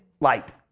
light